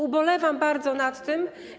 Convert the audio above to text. Ubolewam bardzo nad tym.